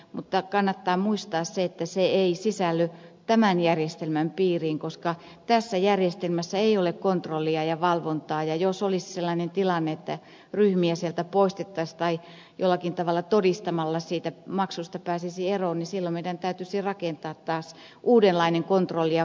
mutta kannattaa muistaa se että se ei sisälly tämän järjestelmän piiriin koska tässä järjestelmässä ei ole kontrollia ja valvontaa ja jos olisi sellainen tilanne että ryhmiä sieltä poistettaisiin tai jollakin tavalla todistamalla siitä maksusta pääsisi eroon niin silloin meidän täytyisi rakentaa taas uudenlainen kontrolli ja valvontajärjestelmä